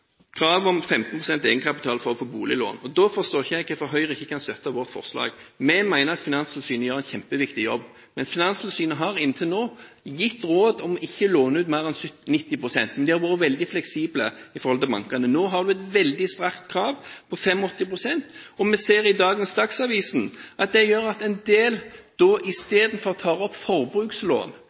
om 15 pst. egenkapital for å få boliglån. Da forstår jeg ikke hvorfor Høyre ikke kan støtte vårt forslag. Vi mener at Finanstilsynet gjør en kjempeviktig jobb. Finanstilsynet har inntil nå gitt råd om ikke å låne ut mer enn 90 pst., men de har vært veldig fleksible når det gjelder bankene. Nå har det blitt et veldig sterkt krav om 85 pst., og vi ser i dagens Dagsavisen at det gjør at en del istedenfor tar opp forbrukslån.